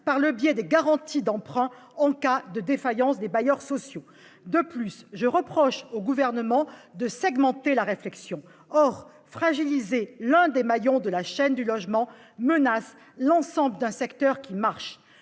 par le biais des garanties d'emprunt en cas de défaillance des bailleurs sociaux. De plus, je reproche au Gouvernement de segmenter la réflexion. Or fragiliser l'un des maillons de la chaîne du logement menace l'ensemble d'un secteur qui marche.